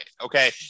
okay